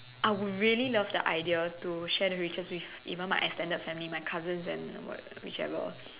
I would really love the idea to share the riches with even my extended family my cousins and whichever